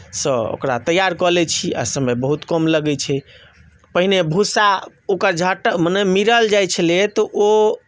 सँ ओकरा तैआर कऽ लैत छी आ समय बहुत कम लगैत छै पहिने भूस्सा ओकर झाँटय मने मीरल जाइत छलैए तऽ ओ